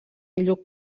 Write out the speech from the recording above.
lluc